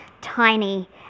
tiny